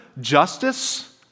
justice